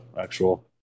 actual